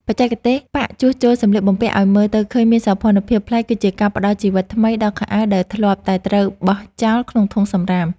បច្ចេកទេសប៉ាក់ជួសជុលសម្លៀកបំពាក់ឱ្យមើលទៅឃើញមានសោភ័ណភាពប្លែក គឺជាការផ្ដល់ជីវិតថ្មីដល់ខោអាវដែលធ្លាប់តែត្រូវបោះចោលក្នុងធុងសំរាម។